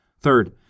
Third